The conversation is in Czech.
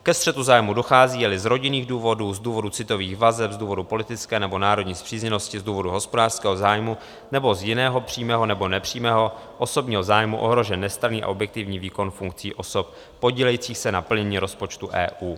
Ke střetu zájmů dochází, jeli z rodinných důvodů, z důvodu citových vazeb, z důvodů politických nebo národní spřízněnosti, z důvodů hospodářského zájmu nebo z jiného přímého nebo nepřímého osobního zájmu ohrožen nestranný a objektivní výkon funkcí osob podílejících se na plnění rozpočtu EU.